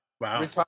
Wow